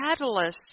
catalysts